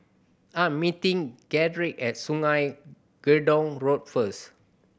I am meeting Gedrick at Sungei Gedong Road first